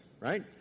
right